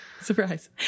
Surprise